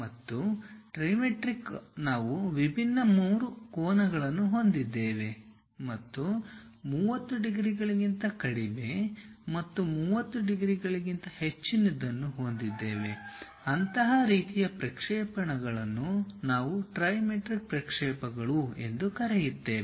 ಮತ್ತು ಟ್ರಿಮೆಟ್ರಿಕ್ನಲ್ಲಿ ನಾವು ವಿಭಿನ್ನ ಮೂರು ಕೋನಗಳನ್ನು ಹೊಂದಿದ್ದೇವೆ ಮತ್ತು 30 ಡಿಗ್ರಿಗಿಂತ ಕಡಿಮೆ ಮತ್ತು 30 ಡಿಗ್ರಿಗಿಂತ ಹೆಚ್ಚಿನದನ್ನು ಹೊಂದಿದ್ದೇವೆ ಅಂತಹ ರೀತಿಯ ಪ್ರಕ್ಷೇಪಣಗಳನ್ನು ನಾವು ಟ್ರೈಮೆಟ್ರಿಕ್ ಪ್ರಕ್ಷೇಪಗಳು ಎಂದು ಕರೆಯುತ್ತೇವೆ